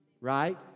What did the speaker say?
right